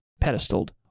pedestaled